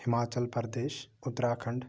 Himachal Pradesh Uttarakhand